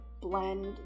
blend